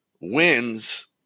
Wins